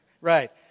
Right